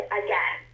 again